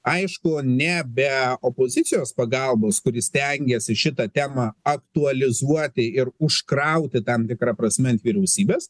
aišku ne be opozicijos pagalbos kuri stengiasi šitą temą aktualizuoti ir užkrauti tam tikra prasme ant vyriausybės